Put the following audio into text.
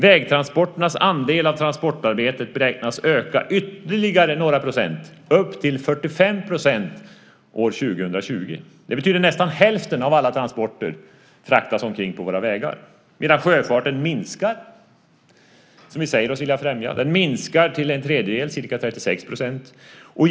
Vägtransporternas andel av transportarbetet beräknas öka med ytterligare några procent, upp till 45 % år 2020. Det betyder att nästan hälften av alla transporter fraktas omkring på våra vägar, medan sjöfarten, som vi säger oss vilja främja, minskar till en tredjedel, till ca 36 %.